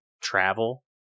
travel